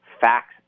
facts